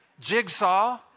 Jigsaw